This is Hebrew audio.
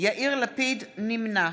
נגד